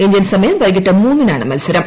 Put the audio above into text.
Indian സമയം വൈകിട്ട് മൂന്നിനാണ് മൽസരം